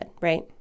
right